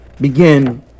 begin